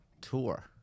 tour